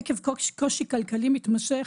עקב קושי כלכלי מתמשך,